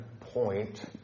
point